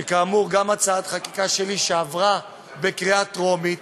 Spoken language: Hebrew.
כאמור גם הצעת חקיקה שלי, שעברה בקריאה טרומית,